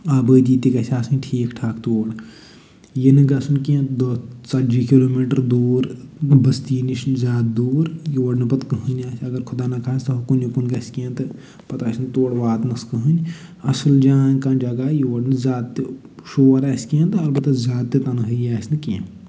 آبٲدی تہِ گژھِ آسٕنۍ ٹھیٖک ٹھاک تور یہِ نہٕ گژھُن کیٚنہہ دۄہ ژَتجی کِلوٗ میٖٹر دوٗر بٔستی نِش نہٕ زیادٕ دوٗر یور نہٕ پَتہٕ کٕہۭنۍ نہٕ آسہِ اَگر خدا نَخواستہ ہُکُن یِکُن گژھِ کیٚنہہ تہٕ پَتہٕ آسہِ نہٕ تور واتنَس کٕہۭنۍ اَصٕل جان کانہہ جگہ یور نہٕ زیادٕ تہِ شور آسہِ کیٚنہہ تہٕ اَلبتہ زیادٕ تَنہٲیی آسہِ نہٕ کیٚنہہ